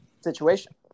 situation